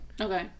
okay